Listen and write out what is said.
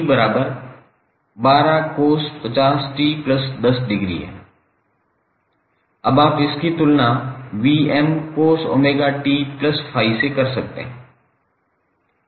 अब आप इसकी तुलना 𝑉𝑚cos𝜔𝑡∅ से आसानी से कर सकते हैं